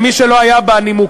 למי שלא היה בנימוקים,